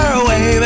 away